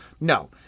No